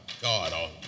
God